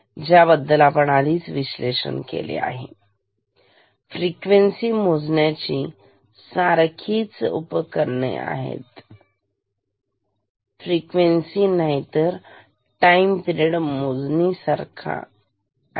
ज्या बद्दल आपण आधीच विश्लेषण केलेले आहे फ्रिक्वेन्सी मोजण्याचे सारखीच आहे माफ करा फ्रिक्वेन्सी नाहीतर टाईम पिरेड मोजण्या सारखीच आहे